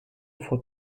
for